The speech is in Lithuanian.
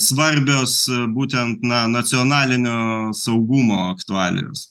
svarbios būtent na nacionalinio saugumo aktualijos